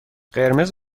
قرمز